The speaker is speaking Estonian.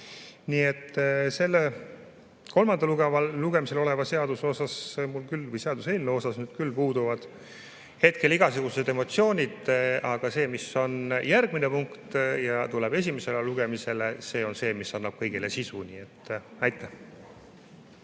Nii et selle kolmandal lugemisel oleva seaduse või seaduseelnõu vastu mul küll puuduvad praegu igasugused emotsioonid, aga see, mis on järgmine punkt ja tuleb esimesele lugemisele, on see, mis annab kõigele sisu. Aitäh!